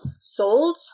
sold